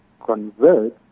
convert